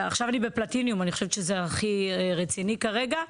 עכשיו אני בפלטיניום אני חושבת שזה הכי רציני כרגע.